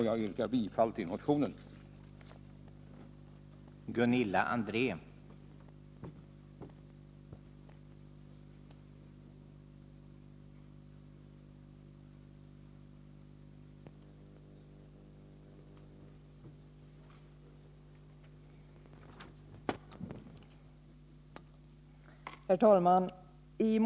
Jag yrkar bifall till motion 456.